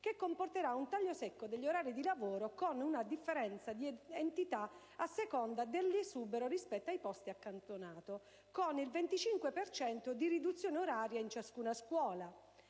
che comporterà un taglio secco degli orari di lavoro, con una differenza di entità a seconda dell'esubero rispetto ai posti accantonati, con il 25 per cento di riduzione oraria in ciascuna scuola,